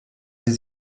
sie